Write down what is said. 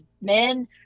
men